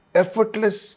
effortless